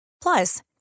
Plus